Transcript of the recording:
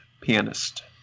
pianist